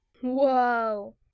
Whoa